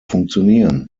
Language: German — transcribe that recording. funktionieren